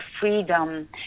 freedom